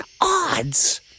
odds